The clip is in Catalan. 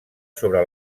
sobre